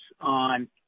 on